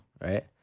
Right